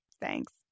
thanks